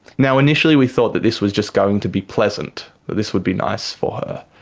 now initially we thought that this was just going to be pleasant, that this would be nice for her.